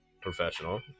professional